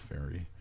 fairy